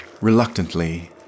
reluctantly